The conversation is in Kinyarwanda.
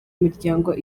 miryango